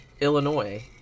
Illinois